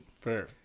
fair